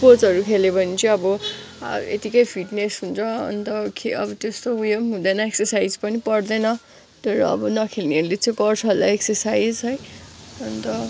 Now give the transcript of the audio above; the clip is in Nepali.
स्पोर्टसहरू खेल्यो भने चाहिँ अब आ यतिकै फिटनेस हुन्छ अन्त खे अब त्यस्तो उयोम हुँदैन एक्सरसाइज पनि पर्दैन तर नखेल्नेहरूले चाहिँ गर्छ होला एक्सरसाइज है अन्त